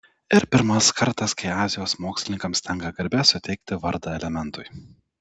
ir pirmas kartas kai azijos mokslininkams tenka garbė suteikti vardą elementui